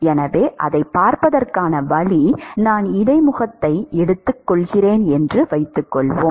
எனவே அதைப் பார்ப்பதற்கான வழி நான் இடைமுகத்தை எடுத்துக்கொள்கிறேன் என்று வைத்துக்கொள்வோம்